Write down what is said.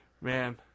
man